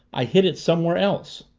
i hid it somewhere else.